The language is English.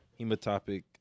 hematopic